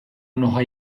mnoha